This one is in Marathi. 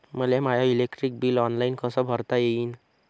मले माय इलेक्ट्रिक बिल ऑनलाईन कस भरता येईन?